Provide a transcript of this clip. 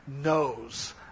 knows